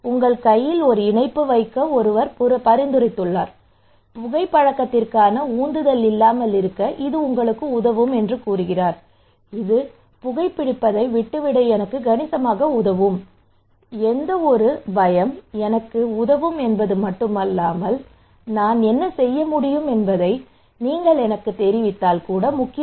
உங்கள் கையில் ஒரு இணைப்பு வைக்க ஒருவர் பரிந்துரைத்தால் புகைப்பழக்கத்திற்கான உந்துதல் இல்லாமல் இருக்க இது உங்களுக்கு உதவும் இது புகைபிடிப்பதை விட்டுவிட எனக்கு கணிசமாக உதவும் ஏதோவொரு பயம் எனக்கு உதவும் என்பது மட்டுமல்லாமல் நான் என்ன செய்ய முடியும் என்பதை நீங்கள் எனக்குத் தெரிவித்தால் கூட முக்கியமான